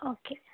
okay